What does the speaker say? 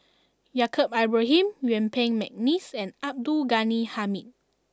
Yaacob Ibrahim Yuen Peng McNeice and Abdul Ghani Hamid